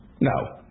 No